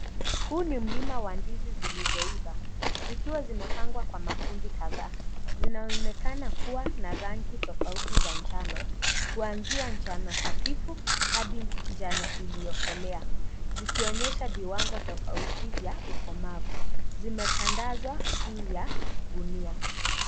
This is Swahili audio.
Huu ni mlima wa ndizi zilizoiva zikiwa zimepangwa kwa makundi kadhaa. Zinaonekana kuwa na rangi tofauti za njano kuanzia njano hafifu hadi njano iliyokolea zikionyesha viwango tofauti vya ukomavu, zimetandazwa juu ya gunia.